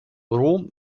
rom